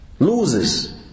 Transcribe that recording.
Loses